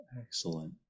Excellent